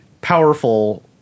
powerful